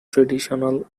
traditional